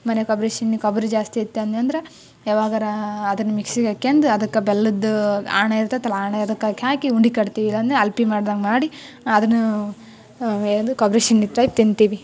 ಮನೇಲಿ ಕೊಬ್ಬರಿ ಚಿನ್ನಿ ಕೊಬ್ಬರಿ ಜಾಸ್ತಿ ಇತ್ತು ಅಂದೆನಂದ್ರ ಯಾವಾಗರ ಅದನ್ನು ಮಿಕ್ಸಿಗೆ ಹಾಕ್ಯಂದು ಅದಕ್ಕೆ ಬೆಲ್ಲದ್ದು ಆಣೆ ಇರ್ತದಲ್ಲ ಆಣೆ ಅದಕ್ಕೆ ಹಾಕಿ ಉಂಡಿ ಕಟ್ತೀವಿ ಇಲ್ಲಾಂದರೆ ಅಲ್ಪಿ ಮಾಡ್ದಂಗೆ ಮಾಡಿ ಅದನ್ನೂ ಯಾವ್ದ್ ಕೊಬ್ಬರಿ ಚಿನ್ನಿ ಟೈಪ್ ತಿಂತೀವಿ